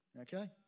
Okay